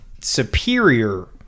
Superior